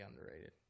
underrated